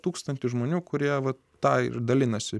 tūkstantį žmonių kurie tą ir dalinasi